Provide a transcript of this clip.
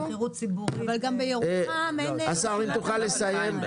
אבל גם בירוחם אין --- השר, אם תוכל לסיים.